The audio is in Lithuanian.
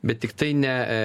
bet tiktai ne